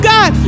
God